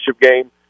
game